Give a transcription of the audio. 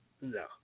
No